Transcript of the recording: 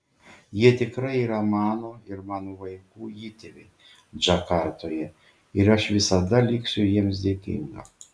jie tikrai yra mano ir mano vaikų įtėviai džakartoje ir aš visada liksiu jiems dėkinga